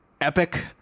Epic